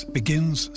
begins